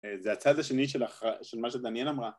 זה הצד השני של מה שדניאל אמרה